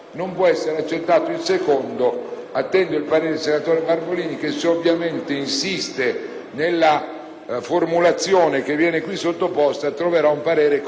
Attendo il parere del senatore Barbolini, che se insisterà nella formulazione che viene qui sottoposta troverà un parere contrario del Governo.